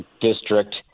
district